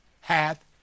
Hath